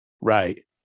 Right